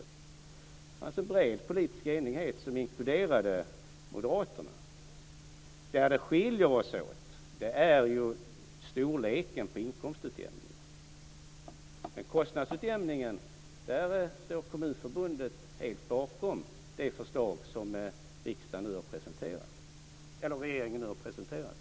Det fanns en bred politisk enighet som inkluderade Moderaterna. Vi skiljer oss åt när det gäller storleken på inkomstutjämningen, men när det gäller kostnadsutjämningen står Kommunförbundet helt bakom det förslag som regeringen nu har presenterat.